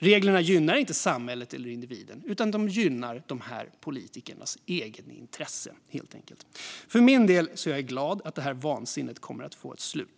Reglerna gynnar inte samhället eller individen, utan de gynnar dessa politikers egenintresse. För min del är jag glad över att detta vansinne kommer att få ett slut.